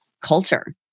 Culture